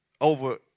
over